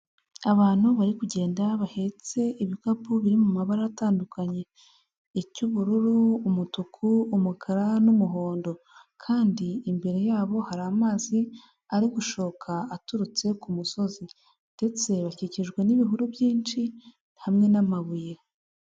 Abantu bari kugenda bahetse ibikapu biri mu mabara atandukanye, icy'ubururu, umutuku, umukara n'umuhondo kandi imbere ya bo hari amazi ari gushoka aturutse ku musozi ndetse bakikijwe n'ibihuru byinshi hamwe n'amabuye.